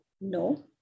No